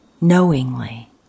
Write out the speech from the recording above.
knowingly